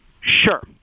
Sure